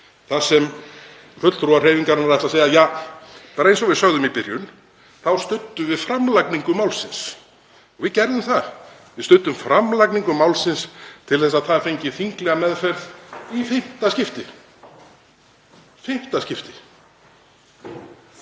þar sem fulltrúar hreyfingarinnar ætli að segja: Ja, eins og við sögðum í byrjun þá studdum við framlagningu málsins og við gerðum það, við studdum framlagningu málsins til að það fengi þinglega meðferð í fimmta skipti. Ef það væri